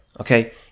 okay